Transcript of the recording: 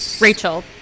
Rachel